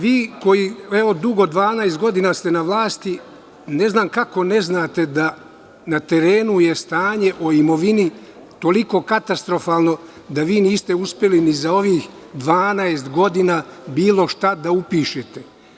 Vi, koji ste 12 godina na vlasti, ne znam kako ne znate da je na terenu stanje o imovini toliko katastrofalno, da vi niste uspeli ni za ovih 12 godina bilo šta da upišete.